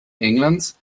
englands